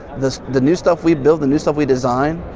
the the new stuff we build, the new stuff we design,